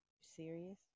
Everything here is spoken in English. Serious